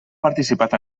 participat